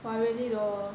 !wah! really lor